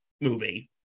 movie